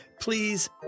please